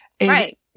Right